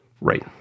Right